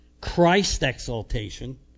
Christ-exaltation